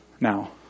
now